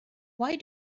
why